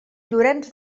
llorenç